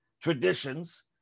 traditions